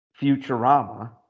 Futurama